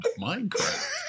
Minecraft